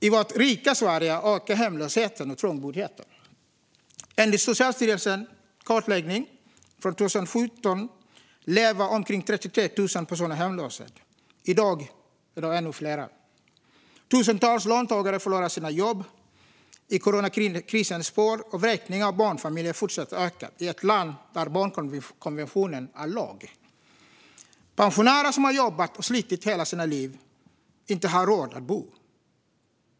I vårt rika Sverige ökar hemlösheten och trångboddheten. Enligt Socialstyrelsens senaste kartläggning från 2017 levde då omkring 33 000 personer i hemlöshet. I dag är de ännu fler. Tusentals löntagare har förlorat sina jobb i coronakrisens spår, och vräkningar av barnfamiljer fortsätter öka. Det sker i ett land där barnkonventionen är lag. Pensionärer som har jobbat och slitit hela livet har inte råd att bo.